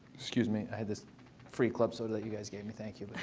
excuse me. i had this free club soda that you guys gave me. thank you